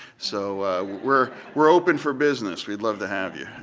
so we're we're open for business. we'd love to have you.